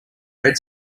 red